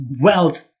wealth